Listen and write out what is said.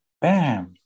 Bam